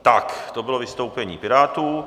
Tak to bylo vystoupení Pirátů.